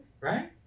Right